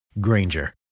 Granger